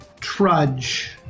Trudge